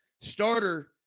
starter